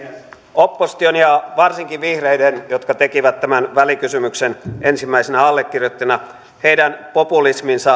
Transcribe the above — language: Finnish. opposition ja varsinkin vihreiden jotka tekivät tämän välikysymyksen ensimmäisinä allekirjoittajina populismi